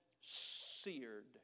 seared